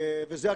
וזה הקיבוצניקים.